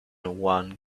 one